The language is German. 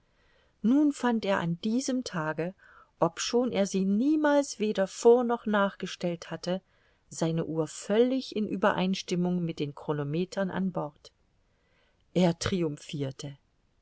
nun fand er an diesem tage obschon er sie niemals weder vor noch nachgestellt hatte seine uhr völlig in uebereinstimmung mit den chronometern an bord er triumphirte